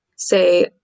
say